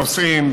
נוסעים,